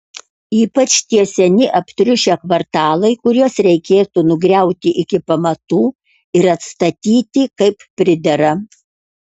ypač tie seni aptriušę kvartalai kuriuos reikėtų nugriauti iki pamatų ir atstatyti kaip pridera